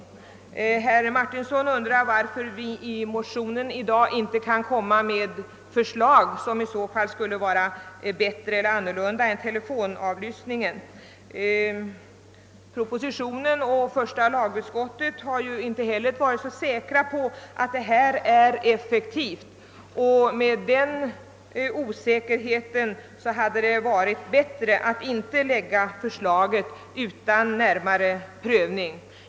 Herr Martinsson undrar, varför vi i dag inte kan lägga fram förslag om andra åtgärder än telefonavlyssning, åtgärder som skulle vara bättre. Regeringen och första lagutskottet har dock inte heller varit så säkra på att detta medel är effektivt. Med hänsyn till den osäkerheten hade det varit bättre att inte lägga fram förslaget utan en närmare prövning.